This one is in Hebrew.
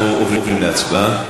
אנחנו עוברים להצבעה.